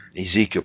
Ezekiel